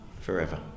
forever